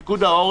את פיקוד העורף,